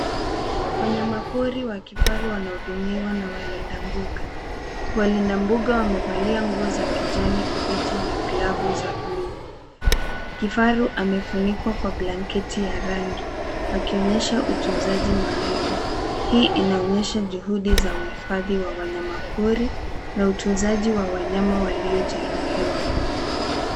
Wanyamapori wa kifaru wanahudumiwa na walinda mbuga. Walinda mbuga wamevalia nguo za kijani kibichi na glavu za buluu. Kifaru amefunikwa kwa blanketi ya rangi, akionyesha utunzaji maalum. Hii inaonyesha juhudi za uhifadhi wa wanyamapori na utunzaji wa wanyama waliojeruhiwa.